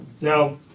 Now